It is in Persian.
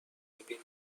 میبینی